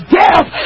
death